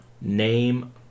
name